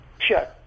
Sure